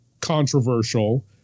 controversial